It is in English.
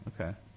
okay